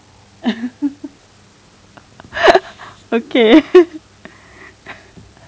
okay